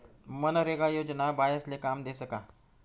मनरेगा योजना बायास्ले काम देस का?